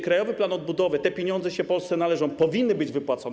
Krajowy Plan Odbudowy - te pieniądze się Polsce należą, powinny być wypłacone.